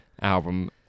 album